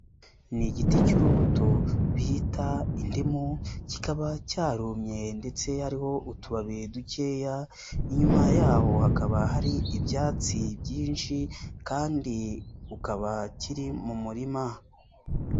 Ni igiti cy'urubuto bita indimu kikaba cyarumye ndetse hariho utubabi dukeya, inyuma y'aho hakaba hari ibyatsi byinshi kandi ukaba kiri mu murima.